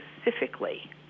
specifically